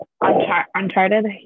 Uncharted